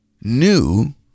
new